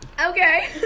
Okay